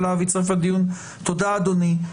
תודה אדוני.